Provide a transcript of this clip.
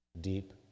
Deep